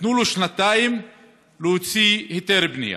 נתנו לו שנתיים להוציא היתר בנייה.